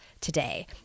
today